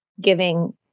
giving